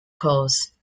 cause